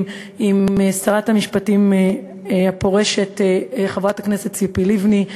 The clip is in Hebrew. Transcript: עם שרת המשפטים הפורשת חברת הכנסת ציפי לבני,